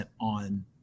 on